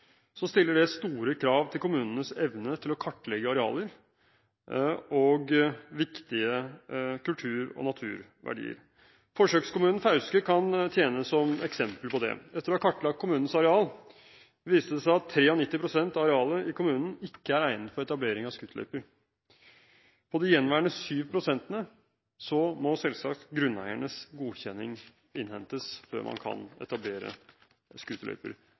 så ikke var tilfelle. Når alle disse hensynene skal ivaretas, stilles det store krav til kommunenes evne til å kartlegge arealer og viktige kultur- og naturverdier. Forsøkskommunen Fauske kan tjene som eksempel på det. Etter at kommunens areal var kartlagt, viste det seg at 93 pst. av arealet i kommunen ikke er egnet for etablering av scooterløyper. På de gjenværende 7 pst. må selvsagt grunneiernes godkjenning innhentes før man kan etablere